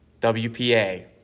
WPA